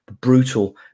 brutal